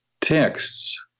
texts